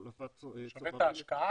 בהחלפת צוברים --- שווה את ההשקעה,